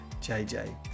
JJ